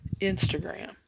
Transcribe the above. Instagram